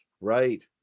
right